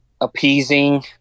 appeasing